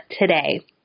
today